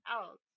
else